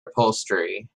upholstery